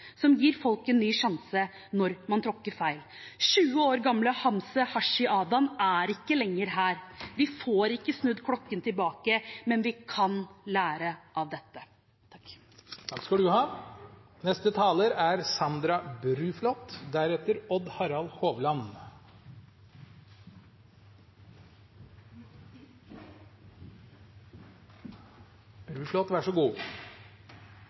som gir folk en ny sjanse når man tråkker feil. 20 år gamle Hamse Hashi Adan er ikke lenger her. Vi får ikke stilt klokken tilbake, men vi kan lære av dette.